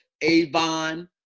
Avon